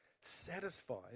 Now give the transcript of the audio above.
satisfied